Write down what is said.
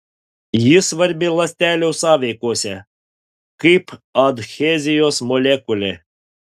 ji svarbi ląstelių sąveikose kaip adhezijos molekulė